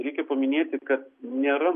reikia paminėti kad nėra